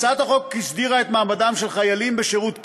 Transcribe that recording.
הצעת החוק הסדירה את מעמדם של חיילים בשירות קבע,